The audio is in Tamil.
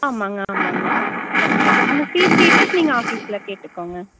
ஆமாங்க ஆமாங்க கண்டிப்பாக அந்த ஃபீஸ் டீட்டெயில்ஸ் நீங்கள் ஆஃபிஸில் கேட்டுக்கோங்க